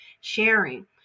sharing